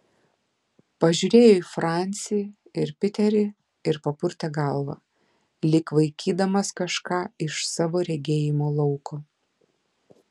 pažiūrėjo į francį ir piterį ir papurtė galvą lyg vaikydamas kažką iš savo regėjimo lauko